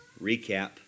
recap